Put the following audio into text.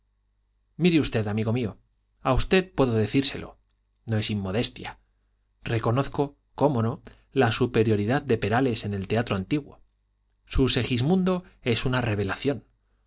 mire usted amigo mío a usted puedo decírselo no es inmodestia reconozco cómo no la superioridad de perales en el teatro antiguo su segismundo es una revelación